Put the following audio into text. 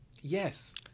Yes